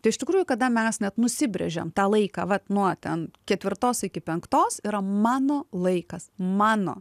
tai iš tikrųjų kada mes net nusibrėžiam tą laiką vat nuo ten ketvirtos iki penktos yra mano laikas mano